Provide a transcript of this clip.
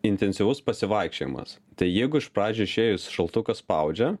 intensyvus pasivaikščiojimas tai jeigu iš pradžių išėjus šaltukas spaudžia